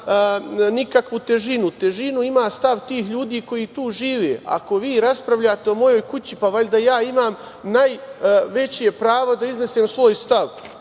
nikakvu težinu. Težinu ima stav tih ljudi koji tu živi. Ako raspravljate o mojoj kući, valjda ja imam najveće pravo da iznesem svoj stav.